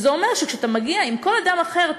זה אומר שעם כל אדם אחר,